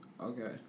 Okay